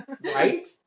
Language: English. Right